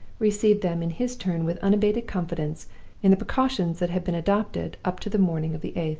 received them in his turn with unabated confidence in the precautions that had been adopted up to the morning of the eighth.